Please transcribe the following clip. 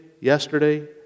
Yesterday